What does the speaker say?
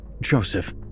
Joseph